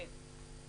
בדיוק.